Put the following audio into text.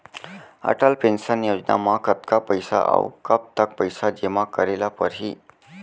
Atal pension Yojana म कतका पइसा, अऊ कब तक पइसा जेमा करे ल परही?